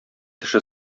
теше